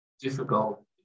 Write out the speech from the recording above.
difficult